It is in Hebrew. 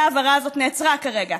ובגלל זה ההעברה הזאת נעצרה כרגע,